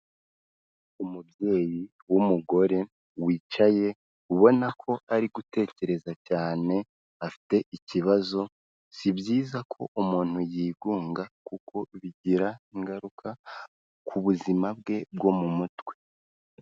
Umubyeyi w'umugore wicaye ubona ko ari gutekereza cyane afite ikibazo, si byiza ko umuntu yigunga kuko bigira ingaruka ku buzima bwe bwo mu mutwe.